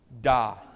die